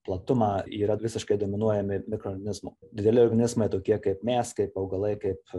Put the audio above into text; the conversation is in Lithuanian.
platumą yra visiškai dominuojami mikronizmų dideli organizmai tokie kaip mes kaip augalai kaip